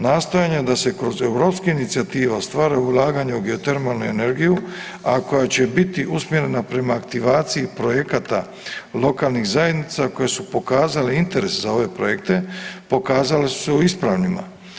Nastojanja da se kroz europske inicijative ostvare ulaganja u geotermalnu energiju, a koja će biti usmjerena prema aktivaciji projekata lokalnih zajednica koje su pokazale interes za ove projekte pokazale su se ispravnima.